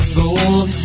gold